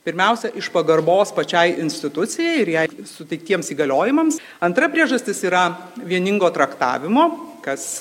pirmiausia iš pagarbos pačiai institucijai ir jai suteiktiems įgaliojimams antra priežastis yra vieningo traktavimo kas